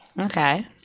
Okay